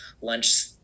lunch